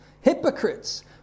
hypocrites